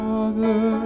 Father